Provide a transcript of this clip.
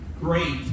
Great